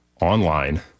online